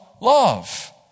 love